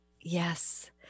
Yes